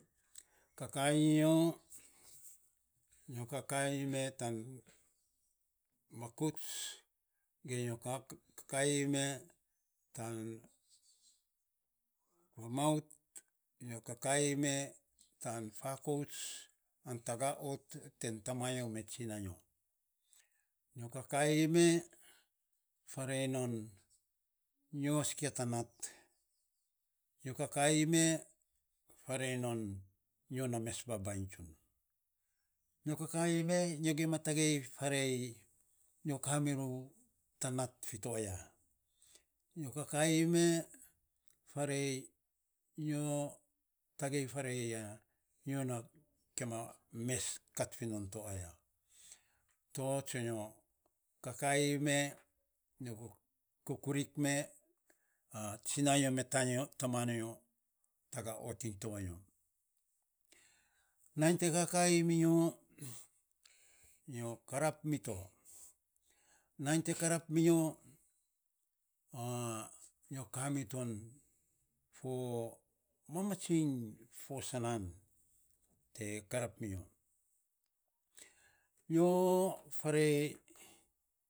Nyo te kakaii me tan buts, ge kakaii me tan maut, tan taga ot ten tsina nyo me tama nyo kakaii me nyo sikia ta nat nyo tagei farei, to tsonyo kakaii me kukurik, tsina nyo me tama nyo te taga ot vanyo.